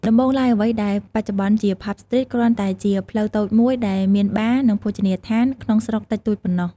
ដំបូងឡើយ អ្វីដែលបច្ចុប្បន្នជា ផាប់ ស្ទ្រីត គ្រាន់តែជា ផ្លូវតូចមួយ ដែលមានបារ និងភោជនីយដ្ឋាន ក្នុងស្រុកតិចតួចប៉ុណ្ណោះ។